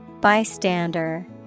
Bystander